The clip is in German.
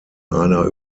einer